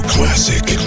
Classic